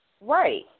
right